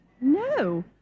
No